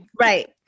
right